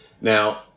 Now